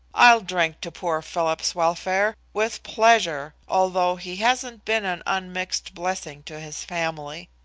i'll drink to poor philip's welfare, with pleasure, although he hasn't been an unmixed blessing to his family.